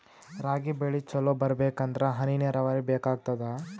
ರಾಗಿ ಬೆಳಿ ಚಲೋ ಬರಬೇಕಂದರ ಹನಿ ನೀರಾವರಿ ಬೇಕಾಗತದ?